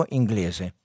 inglese